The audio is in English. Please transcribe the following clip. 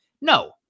No